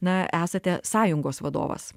na esate sąjungos vadovas